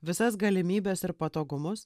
visas galimybes ir patogumus